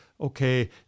okay